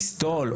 בריסטול,